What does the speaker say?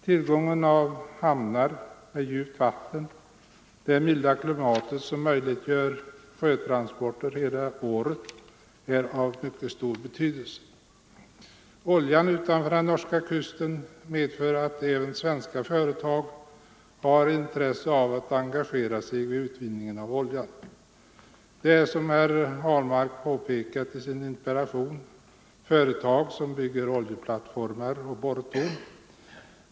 Tillgången på hamnar med djupt vatten samt det milda klimatet, som möjliggör sjötransporter under hela året, är av mycket stor betydelse. Oljan utanför den norska kusten medför att även svenska företag har intresse av att engagera sig vid utvinningen av olja. Det är, som herr Ahlmark påpekat i sin interpellation, fråga om företag som bygger oljeplattformar och borrtorn.